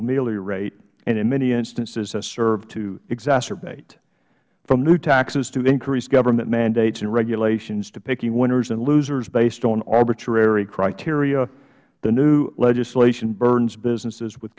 ameliorate and in many instances has served to exacerbate from new taxes to increased government mandates and regulations to picking winners and losers based on arbitrary criteria the new legislation burdens businesses with